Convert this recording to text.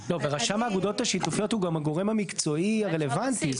ורשם האגודות השיתופיות הוא גם הגורם המקצועי הרלוונטי.